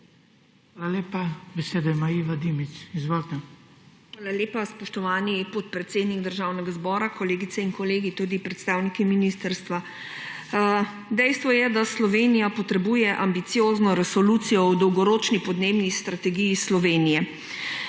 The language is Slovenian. Hvala lepa. Besedo ima Iva Dimic. Izvolite. **IVA DIMIC (PS NSi):** Hvala lepa. Spoštovani podpredsednik Državnega zbora, kolegice in kolegi tudi predstavniki ministrstva! Dejstvo je, da Slovenija potrebuje ambiciozno resolucijo o Dolgoročni podnebni strategiji Slovenije.